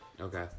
Okay